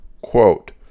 Quote